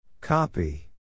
Copy